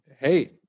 Hey